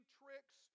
tricks